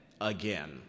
again